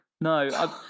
No